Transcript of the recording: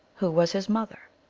who was his mother?